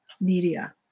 media